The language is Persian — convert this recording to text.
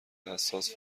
حساس